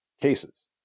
cases